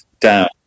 down